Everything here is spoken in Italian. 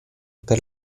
per